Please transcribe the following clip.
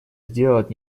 сделать